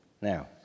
Now